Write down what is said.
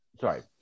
Sorry